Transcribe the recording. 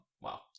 Wow